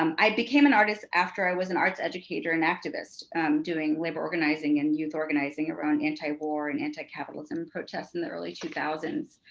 um i became an artist after i was an arts educator and activist doing labor organizing and youth organizing around anti-war and anti-capitalism protests in the early two thousand s.